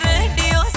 Radio